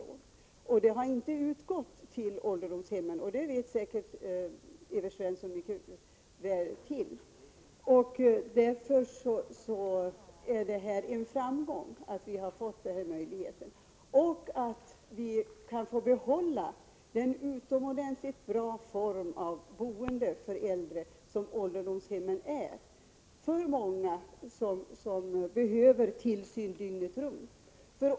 Däremot har det inte utgått statliga lån till ålderdomshemmen. Detta vet säkert Evert Svensson väl. Mot denna bakgrund är det en framgång att vi nu har fått denna möjlighet att ge lån. Därigenom kan vi behålla den utomordentliga form av boende som ålderdomshem är för äldre som behöver tillsyn dygnet runt.